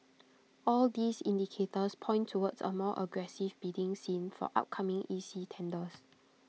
all these indicators point towards A more aggressive bidding scene for upcoming E C tenders